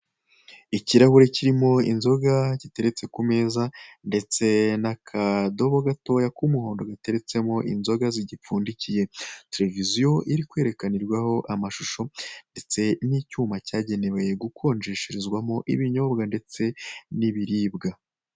Ikirahure kirimo inzoga giteretse ku meza, ndetse n'akadobo gatoya k'umuhondo gateretsemo inzoga zigipfundikye. Tereviziyo irikwerekanirwaho amashusho ndetse n'icyuma cyagenwe gukonjesherezwamo ibinyobwa, ndetse n'ibiribwa.